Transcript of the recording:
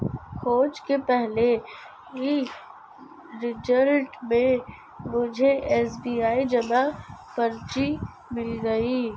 खोज के पहले ही रिजल्ट में मुझे एस.बी.आई जमा पर्ची मिल गई